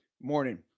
morning